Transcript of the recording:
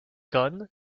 gun